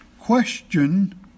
question